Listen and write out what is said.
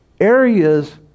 areas